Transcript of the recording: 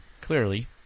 Clearly